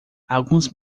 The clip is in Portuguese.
alguns